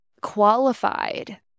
qualified